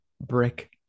brick